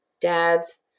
Dads